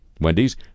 Wendy's